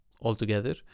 altogether